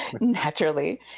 Naturally